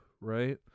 right